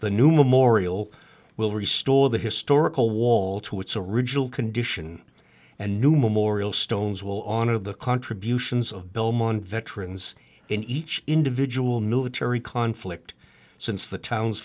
the new memorial will restore the historical wall to its original condition and new memorial stones will honor of the contributions of belmont veterans in each individual military conflict since the town